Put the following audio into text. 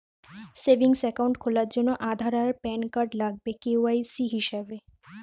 savings account খোলার জন্যে আধার আর প্যান কার্ড লাগবে কে.ওয়াই.সি হিসেবে